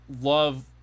love